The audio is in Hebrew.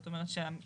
זאת אומרת שהמתקן